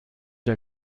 der